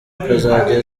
akazajya